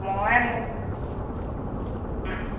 মই মোৰ